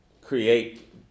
create